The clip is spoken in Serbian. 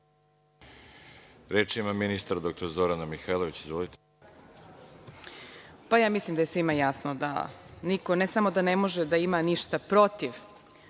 Reč ima ministar, dr Zorana Mihajlović. Izvolite. **Zorana Mihajlović** Mislim da je svima jasno da niko ne samo da ne može da ima ništa protiv